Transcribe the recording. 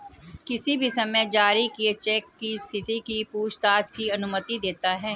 किसी भी समय जारी किए चेक की स्थिति की पूछताछ की अनुमति देता है